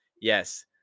Yes